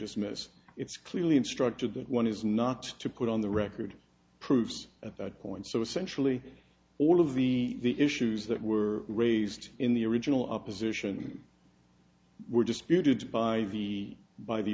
dismiss it's clearly instructed that one is not to put on the record proves at that point so essentially all of the issues that were raised in the original opposition were disputed by the by the